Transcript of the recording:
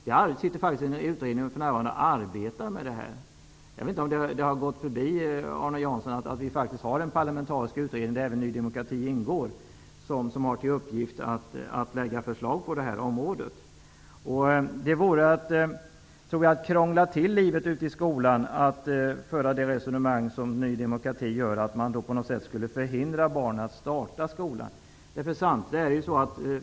Utredningen arbetar för närvarande med detta. Jag vet inte om det har gått Arne Jansson förbi att detta är en parlamentarisk utredning, där även Ny demokrati ingår, som skall lämna förslag på det här området. Det vore att krångla till livet ute i skolan om man förde det resonemang som Ny demokrati för, dvs. att man på något sätt skulle förhindra barn att börja i skolan.